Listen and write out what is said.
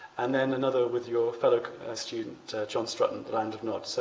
and then another with your fellow student john strutton, land of nod. so